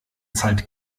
zahlt